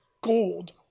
gold